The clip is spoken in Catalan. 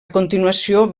continuació